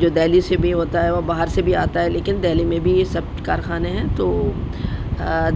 جو دہلی سے بھی ہوتا ہے وہ باہر سے بھی آتا ہے لیکن دہلی میں بھی یہ سب کارخانے ہیں تو